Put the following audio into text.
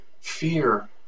fear